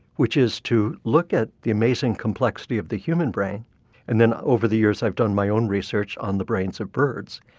which is to look at the amazing complexity of the human brain and then over the years i've done my own research on the brains of birds,